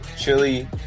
chili